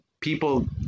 people